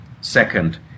Second